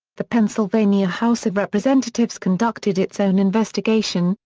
the pennsylvania house of representatives conducted its own investigation,